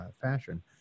fashion